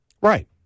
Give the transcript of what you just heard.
Right